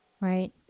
Right